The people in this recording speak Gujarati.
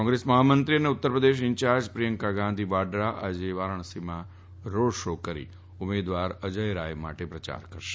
કોંગ્રેસ મહામંત્રી અને ઉત્તર પ્રદેશ ઈન્યાર્જ પ્રિયંકા ગાંધી વાડરા આજે વારાણસીમાં રોડ શો કરી ઉમેદવાર અજય રાય માટે પ્રયાર કરશે